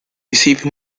receive